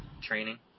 training